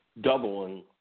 doubling